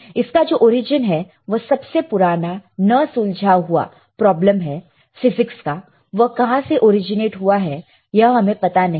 इसका जो ओरिजिन है वह सबसे पुराना ना सुलझा हुआ प्रॉब्लम है फिजिक्स का वह कहां से ओरिजनेट हुआ है यह हमें पता नहीं है